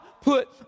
put